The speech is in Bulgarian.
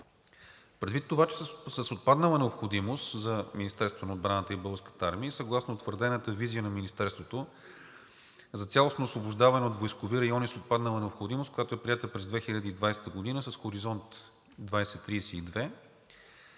Предвид това, че са с отпаднала необходимост за Министерството на отбраната и Българската армия и съгласно утвърдената визия на Министерството за цялостно освобождаване от войскови райони с отпаднала необходимост, която е приета през 2020 г. с „Хоризонт 2032“,